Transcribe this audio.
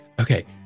Okay